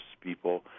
people